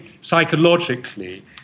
psychologically